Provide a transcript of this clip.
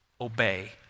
obey